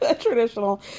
Traditional